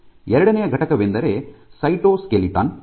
ಎರಡನೆಯ ಘಟಕವೆಂದರೆ ಸೈಟೋಸ್ಕೆಲಿಟನ್